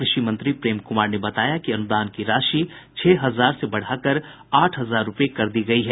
कृषि मंत्री प्रेम कुमार ने बताया कि अनुदान की राशि छह हजार से बढ़ाकर आठ हजार रूपये कर दी गयी है